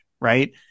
right